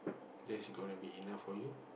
that's gonna be enough for you